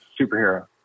superhero